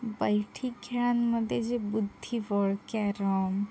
बैठे खेळांमध्ये जे बुद्धिबळ कॅरम